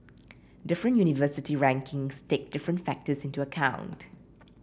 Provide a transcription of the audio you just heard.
different university rankings take different factors into account